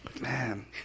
Man